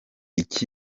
iki